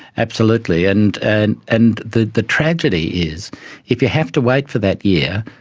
absolutely, and and and the the tragedy is if you have to wait for that year,